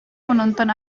menonton